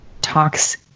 talks